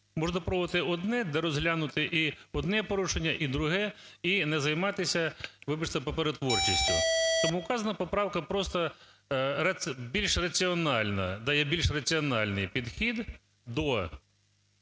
можна проводити одне, де розглянути і одне порушення, і друге і не займатися, вибачте, паперотворчістю. Тому вказана поправка просто більш раціонально, дає більш раціональний підхід до